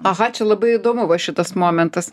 aha čia labai įdomu va šitas momentas